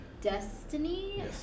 Destiny